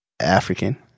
African